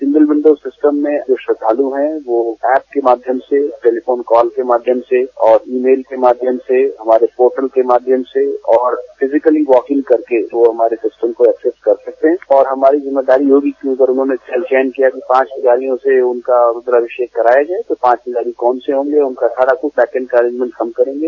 single window system में जो श्रद्धालु हैं वो ऐप के माध्यम से टेलीफोन कॉल के माध्यम से और ईमेल के माध्यम से हमारे पोर्टल के माध्यम से और फिजिकली वॉकिंग करके जो हमारे सिस्टम को एक्सेस कर सकते हैं और हमारी जिम्मेदारी होगी कि उधर उन्होंने सेल्फ चयन किया कि पांच पुजारियों से उनका रूद्राभिषेक कराया जाए तो पांच पुजारी कौन से होंगे उनका सारा कुछ पैटर्न का अरेंजमेंट हम करेंगे